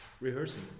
rehearsing